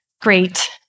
great